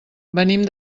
venim